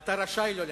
אתה רשאי לא להשיב.